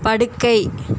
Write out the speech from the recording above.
படுக்கை